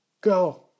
go